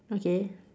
okay